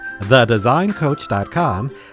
thedesigncoach.com